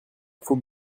faux